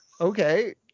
okay